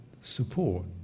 support